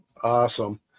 Awesome